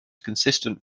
consistent